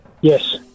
Yes